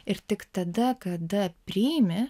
ir tik tada kada priimi